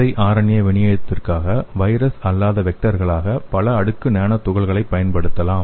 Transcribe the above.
siRNA விநியோகத்திற்காக virus அல்லாத வெக்டார்களாக பல அடுக்கு நானோ துகள்களைப் பயன்படுத்தலாம்